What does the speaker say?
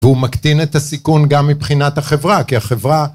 והוא מקטין את הסיכון גם מבחינת החברה, כי החברה...